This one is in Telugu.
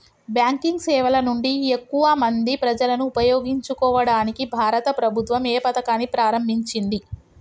బ్యాంకింగ్ సేవల నుండి ఎక్కువ మంది ప్రజలను ఉపయోగించుకోవడానికి భారత ప్రభుత్వం ఏ పథకాన్ని ప్రారంభించింది?